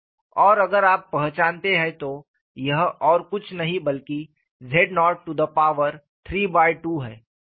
और अगर आप पहचानते हैं तो यह और कुछ नहीं बल्कि z032 है